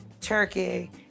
Turkey